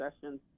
sessions